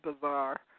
bizarre